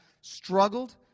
struggled